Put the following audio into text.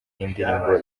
y’indirimbo